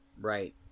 Right